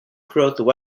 throughout